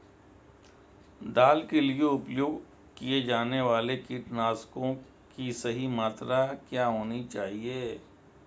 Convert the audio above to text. दाल के लिए उपयोग किए जाने वाले कीटनाशकों की सही मात्रा क्या होनी चाहिए?